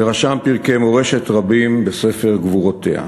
ורשם פרקי מורשת רבים בספר גבורותיה.